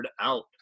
out